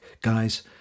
guys